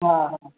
हा